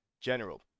general